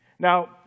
Now